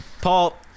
Paul